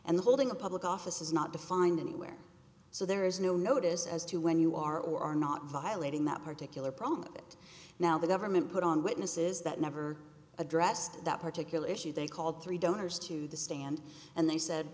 and the holding of public office is not defined anywhere so there is no notice as to when you are or are not violating that particular problem that now the government put on witnesses that never addressed that particular issue they called three donors to the stand and they said